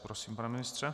Prosím, pane ministře.